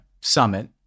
summit